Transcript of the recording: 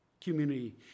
community